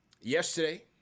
yesterday